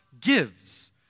gives